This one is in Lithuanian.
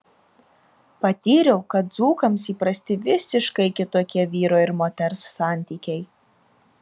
patyriau kad dzūkams įprasti visiškai kitokie vyro ir moters santykiai